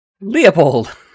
Leopold